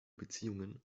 beziehungen